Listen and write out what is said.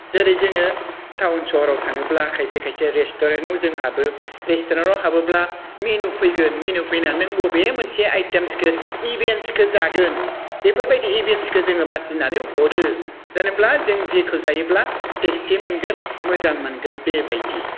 जेरै जोङो टाउन सहराव थाङोब्ला खायसे खायसे रेस्टुरेन्टाव जों हाबो रेस्टुरेन्टाव हाबोब्ला मेनु फैगोन मेनु फैनानै नों बबे मोनसे आइटेम्सखौ इभेन्सखौ जागोन बेफोरबायदि इभेन्टसखौ जोङो बासिनानै हरो जेनेब्ला जों जेखौ जायोब्ला टेस्टि मोनगोन मोजां मोनगोन बेबायदि